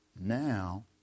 now